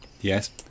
Yes